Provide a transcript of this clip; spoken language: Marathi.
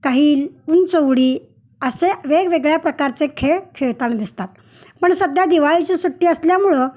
काही उंच उडी असे वेगवेगळ्या प्रकारचे खेळ खेळताना दिसतात पण सध्या दिवाळीची सुट्टी असल्यामुळं